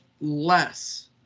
less